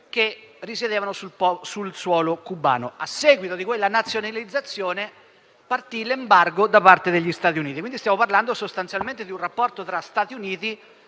che risiedevano sul suolo cubano; a seguito di quella nazionalizzazione partì l'embargo da parte degli Stati Uniti. Quindi stiamo parlando sostanzialmente di un rapporto tra gli Stati Uniti